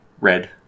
red